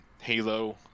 Halo